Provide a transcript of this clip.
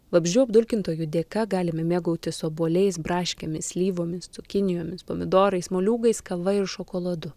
vabzdžių apdulkintojų dėka galime mėgautis obuoliais braškėmis slyvomis cukinijomis pomidorais moliūgais kava ir šokoladu